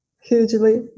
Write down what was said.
hugely